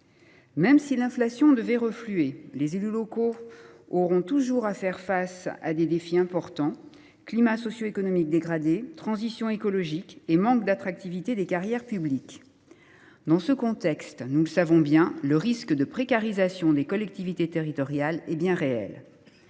Même si l’inflation devait refluer, les élus locaux auront toujours à faire face à des défis importants : climat socioéconomique dégradé, transition écologique et manque d’attractivité des carrières publiques. Dans ce contexte, le risque de précarisation des collectivités territoriales est réel.